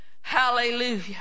Hallelujah